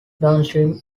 downstream